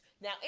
Now